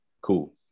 cool